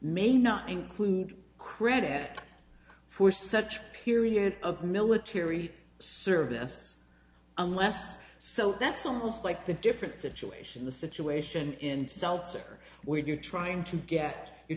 may not include credit for such period of military service unless so that's almost like the different situation the situation in seltzer where you're trying to get you